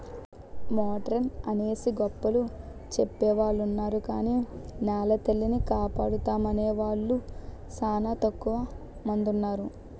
modern అనేసి గొప్పలు సెప్పెవొలున్నారు గాని నెలతల్లిని కాపాడుతామనేవూలు సానా తక్కువ మందున్నారు